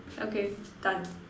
okay done